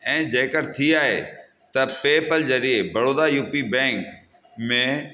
ऐं जेकर थी आहे त पेपल ज़रिए बड़ौदा यूपी बैंक में